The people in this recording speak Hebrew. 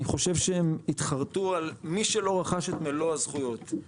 אני חושב שהם התחרטו על מי שלא רכש את מלוא הזכויות.